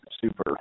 super